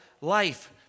life